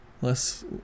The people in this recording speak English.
less